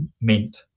meant